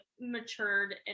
matured